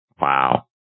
Wow